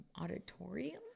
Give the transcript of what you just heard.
auditorium